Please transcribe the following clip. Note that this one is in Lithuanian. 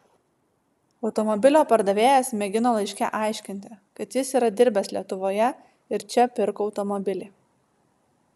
automobilio pardavėjas mėgino laiške aiškinti kad jis yra dirbęs lietuvoje ir čia pirko automobilį